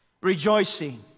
rejoicing